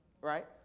Right